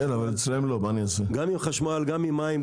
גם עם מים,